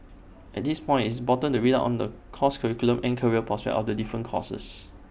at this point IT is important to read on the course curriculum and career prospects of the different courses